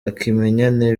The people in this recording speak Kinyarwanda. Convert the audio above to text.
ikimenyane